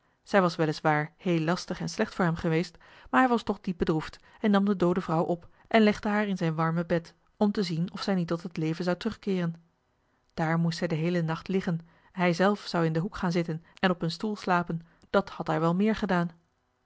zij was wel is waar heel lastig en slecht voor hem geweest maar hij was toch diep bedroefd en nam de doode vrouw op en legde haar in zijn warme bed om te zien of zij niet tot het leven zou terugkeeren daar moest zij den heelen nacht liggen hij zelf zou in den hoek gaan zitten en op een stoel slapen dat had hij wel meer gedaan